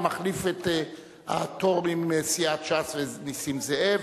המחליף את התור עם סיעת ש"ס ונסים זאב,